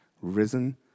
risen